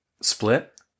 Split